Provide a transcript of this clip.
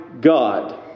God